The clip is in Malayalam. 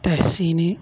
തഹ്ശീൻ